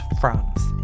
France